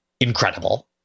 incredible